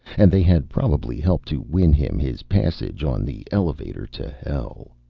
and they had probably helped to win him his passage on the elevator to hell.